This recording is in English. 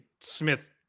Smith